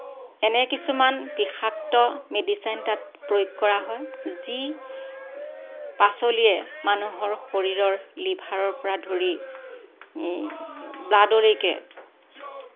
এনে কিছুমান বিষাক্ত মেডিচাইন তাত প্ৰয়োগ কৰা হয় যি পাচলিয়ে মানুহৰ শৰীৰৰ লিভাৰৰ পৰা ধৰি ব্লাডলৈকে